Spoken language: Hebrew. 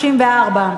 24,